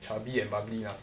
chubby and bubbly ah